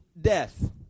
death